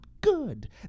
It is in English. good